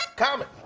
common.